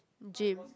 gym